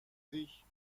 sich